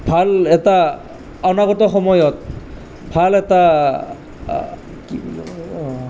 ভাল এটা অনাগত সময়ত ভাল এটা